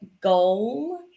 Goal